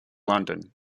london